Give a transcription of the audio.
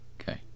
Okay